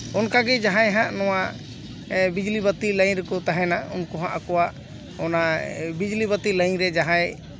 ᱚᱱᱠᱟ ᱜᱮ ᱡᱟᱦᱟᱸᱭ ᱦᱟᱜ ᱱᱚᱣᱟ ᱵᱤᱡᱽᱞᱤ ᱵᱟᱹᱛᱤ ᱞᱟᱹᱭᱤᱱ ᱨᱮᱠᱚ ᱛᱟᱦᱮᱱᱟ ᱩᱱᱠᱩ ᱦᱚᱸ ᱟᱠᱚᱣᱟᱜ ᱚᱱᱟ ᱵᱤᱡᱽᱞᱤ ᱵᱟᱹᱛᱤ ᱞᱟᱹᱭᱤᱱ ᱨᱮ ᱡᱟᱦᱟᱸᱭ